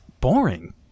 boring